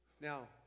Now